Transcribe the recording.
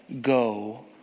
Go